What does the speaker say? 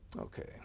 Okay